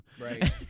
Right